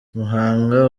muhanga